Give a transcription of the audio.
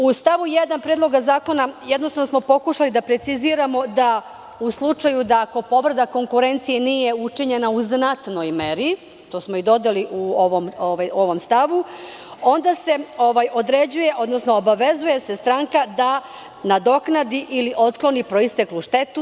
U stavu 1. Predloga zakona jednostavno smo pokušali da preciziramo da u slučaju da ako povreda konkurencije nije učinjena u znatnoj meri, to smo i dodali u ovom stavu, onda se određuje, odnosno obavezuje se stranka da nadoknadi ili otkloni proisteklu štetu.